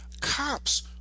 cops